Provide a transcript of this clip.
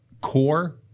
core